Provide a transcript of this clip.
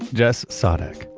jess sadeq,